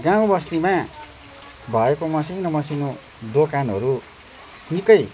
गाउँबस्तीमा भएको मसिनो मसिनो दोकानहरू निकै